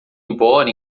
embora